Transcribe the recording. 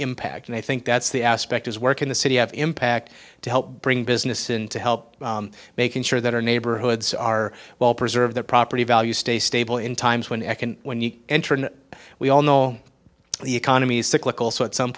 impact and i think that's the aspect is work in the city of impact to help bring business in to help making sure that our neighborhoods are well preserved their property values stay stable in times when ecan when you enter in we all know the economy is cyclical so at some